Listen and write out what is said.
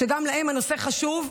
שגם להם הנושא חשוב,